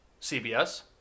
CBS